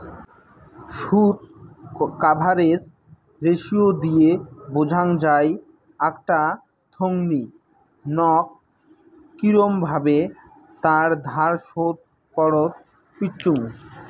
শুধ coverage ratio দিয়ে বোঝাং যাই আকটা থোঙনি নক কিরম ভাবে তার ধার শোধ করত পিচ্চুঙ